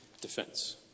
defense